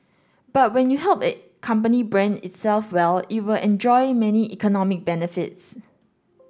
but when you help a company brand itself well it will enjoy many economic benefits